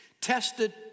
tested